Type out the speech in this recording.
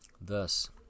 Thus